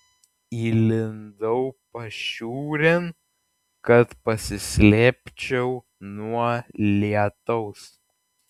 įlindau pašiūrėn kad pasislėpčiau nuo lietaus